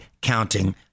counting